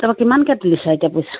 তাৰপৰা কিমানকৈ তুলিছা এতিয়া পইছা